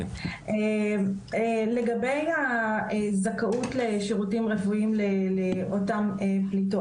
לגבי הזכאות לשירותים רפואיים לאותן פליטות,